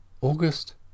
August